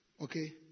Okay